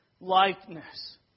likeness